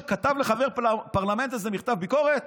שכתב לחבר פרלמנט איזה מכתב ביקורת?